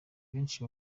benshi